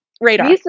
radar